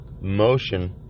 motion